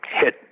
hit